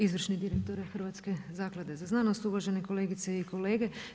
Izvršni direktore Hrvatske zaklade za znanost, uvažene kolegice i kolege.